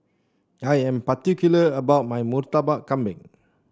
I am particular about my Murtabak Kambing